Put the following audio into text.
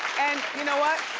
and you know what,